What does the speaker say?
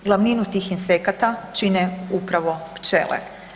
Glavninu tih insekata čine upravo pčele.